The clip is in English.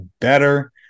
better